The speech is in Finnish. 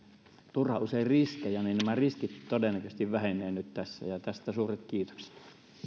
turhan usein riskejä niin nämä riskit todennäköisesti vähenevät nyt tässä ja tästä suuret kiitokset